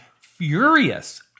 furious